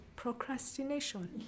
procrastination